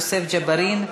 יוסף ג'בארין,